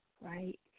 right